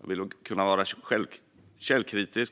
Jag vill kunna vara källkritisk.